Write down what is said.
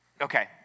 okay